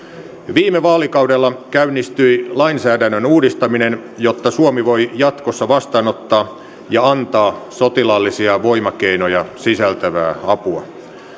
viime vaalikaudella käynnistyi lainsäädännön uudistaminen jotta suomi voi jatkossa vastaanottaa ja antaa sotilaallisia voimakeinoja sisältävää apua